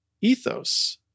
Ethos